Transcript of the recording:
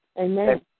Amen